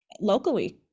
locally